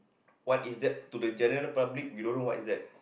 what is that to the general public we don't know what is that